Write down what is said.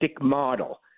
model